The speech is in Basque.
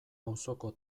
auzoko